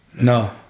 No